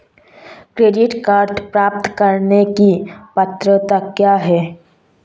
Credit card प्राप्त करने की पात्रता क्या है?